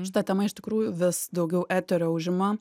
šita tema iš tikrųjų vis daugiau eterio užima